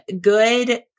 good